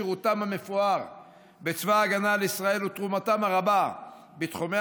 שירותם המפואר בצבא ההגנה לישראל ותרומתם הרבה בתחומי